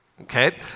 Okay